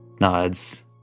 nods